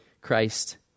Christ